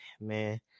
man